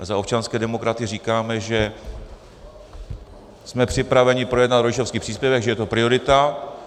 A za občanské demokraty říkáme, že jsme připraveni projednat rodičovský příspěvek, že je to priorita.